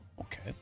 okay